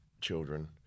children